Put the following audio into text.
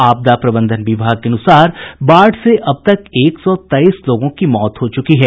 आपदा प्रबंधन विभाग के अनुसार बाढ़ से अब तक एक सौ तेईस लोगों की मौत हो चुकी है